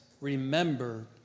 Remember